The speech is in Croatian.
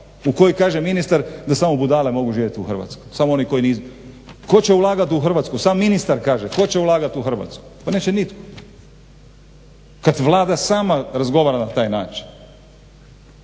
u kojoj kaže ministar da samo budale mogu živjet u Hrvatskoj, samo oni koji …. Tko će ulagat u Hrvatsku, sam ministar kaže, tko će ulagat u Hrvatsku, pa neće nitko kad Vlada sama razgovara na taj način.